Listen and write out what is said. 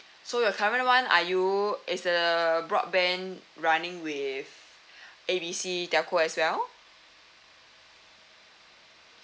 so your current [one] are you is the broadband running with A B C telco as well